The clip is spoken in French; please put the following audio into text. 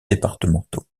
départementaux